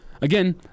again